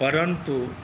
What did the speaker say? परन्तु